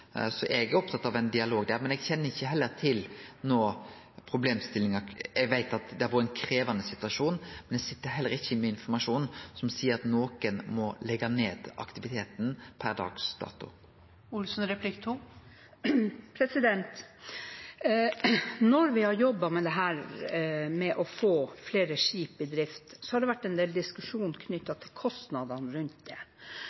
så eg er opptatt av ein dialog om det. Eg veit at det har vore ein krevjande situasjon, men eg sit ikkje per dags dato med informasjon som tilseier at nokon må leggje ned aktiviteten. Når vi har jobbet med å få flere skip i drift, har det vært en del diskusjon om kostnadene ved det.